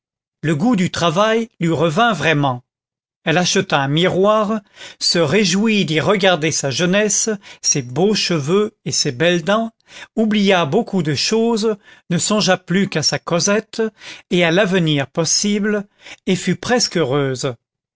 le goût du travail lui revint vraiment elle acheta un miroir se réjouit d'y regarder sa jeunesse ses beaux cheveux et ses belles dents oublia beaucoup de choses ne songea plus qu'à sa cosette et à l'avenir possible et fut presque heureuse